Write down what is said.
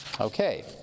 okay